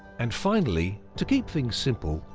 and finally, to keep things simple,